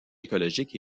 écologique